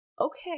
Okay